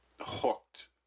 hooked